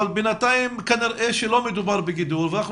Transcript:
אבל בינתיים כנראה שלא מדובר בגידול ואנחנו